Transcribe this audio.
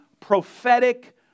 prophetic